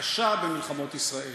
הקשה במלחמות ישראל.